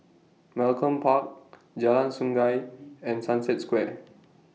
Malcolm Park Jalan Sungei and Sunset Square